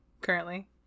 currently